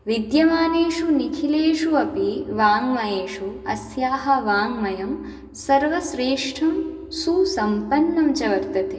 विद्यमानेषु निखिलेषु अपि वाङ्मयेषु अस्याः वाङ्मयं सर्वश्रेष्ठं सुसम्पन्नं च वर्तते